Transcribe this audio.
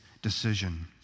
decision